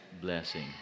blessing